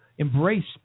embrace